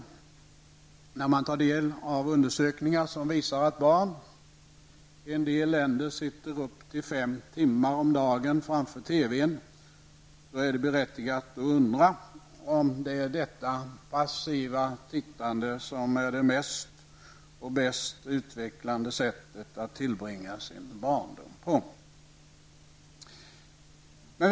När man tar del av undersökningar som visar att barn i en del länder sitter upp till fem timmar om dagen framför TVn, är det berättigat att undra om det är detta passiva tittande som är det mest bäst utvecklande sättet att tillbringa sin barndom på.